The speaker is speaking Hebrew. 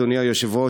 אדוני היושב-ראש,